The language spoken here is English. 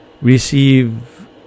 receive